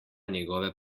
njegove